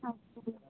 ਅੱਛਾ ਜੀ